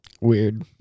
Weird